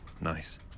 Nice